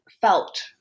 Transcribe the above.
felt